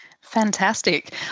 Fantastic